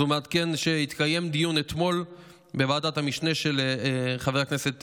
אז הוא מעדכן שאתמול התקיים דיון בוועדת המשנה של חבר הכנסת